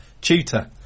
Tutor